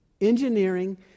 engineering